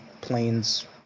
Planes